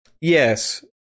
yes